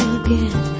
again